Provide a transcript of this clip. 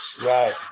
Right